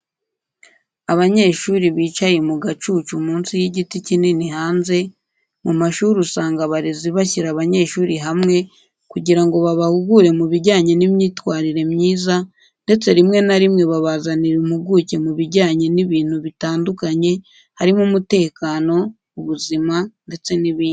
Abanyeshuri bicaye mu gacucu munsi y'igiti kinini hanze, mu mashuri usanga abarezi bashyira abanyeshuri hamwe kugira ngo babahugure mubijyanye n'imyitwarire myiza, ndetse rimwe na rimwe babazanira impuguke mu bijyanye n'ibintu bitandukanye, harimo umutekano, ubuzima, ndetse n'ibindi.